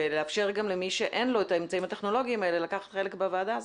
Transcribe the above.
ולאפשר גם למי שאין לו האמצעים הטכנולוגיים האלה לקחת חלק בוועדה הזאת?